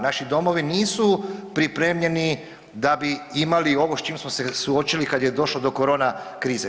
Naši domovi nisu pripremljeni da bi imali ovo s čim smo se suočili kad je došlo do korona krize.